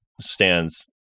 stands